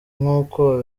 nk’uko